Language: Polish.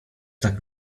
tak